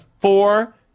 four